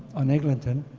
on eglinton,